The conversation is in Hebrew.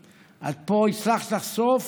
את פה הצלחת לחשוף